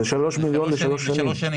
אלה 3 מיליון ל-3 שנים.